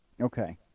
Okay